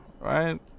right